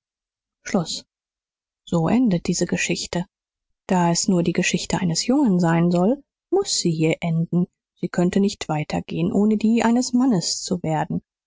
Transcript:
schluß so endet diese geschichte da es nur die geschichte eines jungen sein soll muß sie hier enden sie könnte nicht weiter gehen ohne die eines mannes zu werden